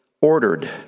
ordered